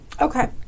Okay